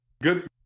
Good